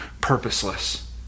purposeless